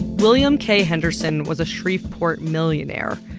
william k. henderson was a shreveport millionaire.